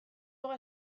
oso